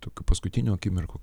tokių paskutinių akimirkų